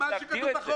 תגדיר את זה.